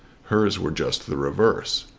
hers were just the reverse.